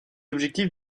objectifs